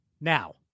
Now